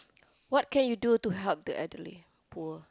what can you do to help the elderly poor